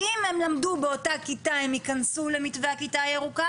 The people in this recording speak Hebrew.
אם הם למדו באותה כיתה הם ייכנסו למתווה הכיתה הירוקה,